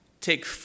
take